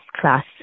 class